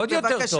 עוד יותר טוב.